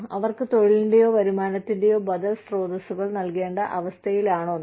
അവർക്ക് തൊഴിലിന്റെയോ വരുമാനത്തിന്റെയോ ബദൽ സ്രോതസ്സുകൾ നൽകേണ്ട അവസ്ഥയിലാണോ നാം